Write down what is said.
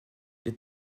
des